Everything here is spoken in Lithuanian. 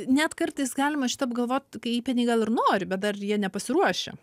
net kartais galima šitą apgalvot kai įpėdiniai gal ir nori bet dar jie nepasiruošę